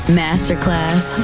masterclass